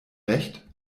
recht